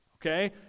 Okay